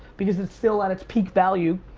because it's still at its peak value,